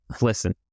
Listen